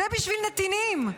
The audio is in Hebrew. זה בשביל נתינים.